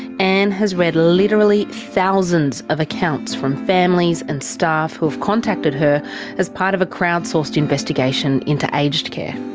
anne has read literally thousands of accounts from families and staff who have contacted her as part of a crowdsourced investigation into aged care.